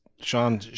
Sean